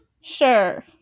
sure